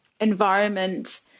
environment